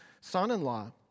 son-in-law